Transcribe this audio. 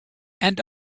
and